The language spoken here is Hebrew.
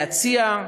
להציע,